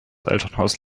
elternhaus